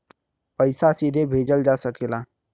पइसा सीधे भेजल जा सकेला